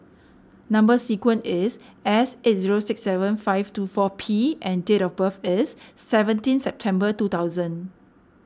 Number Sequence is S eight zero six seven five two four P and date of birth is seventeen September two thousand